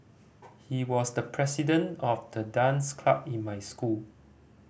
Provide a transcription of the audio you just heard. he was the president of the dance club in my school